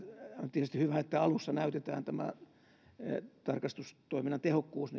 tietysti hyvä että alussa näytetään tämä tarkastustoiminnan tehokkuus